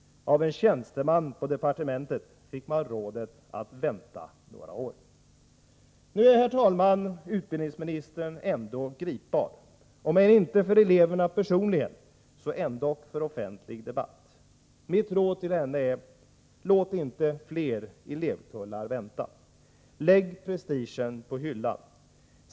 Av en tjänsteman på departementet fick man rådet att vänta några år. Nu är utbildningsministern ändå gripbar, om inte för eleverna personligen så ändock för offentlig debatt. Mitt råd till henne är: Låt inte fler elevkullar vänta! Lägg prestigen på hyllan!